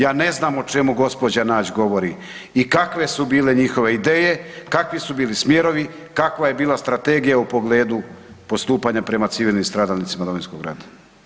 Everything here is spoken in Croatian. Ja ne znam o čemu gospođa Nađ govori i kakve su bile njihove ideje, kakvi su bili smjerovi, kakva je bila strategija u pogledu postupanju prema civilnim stradalnicima Domovinskog rata.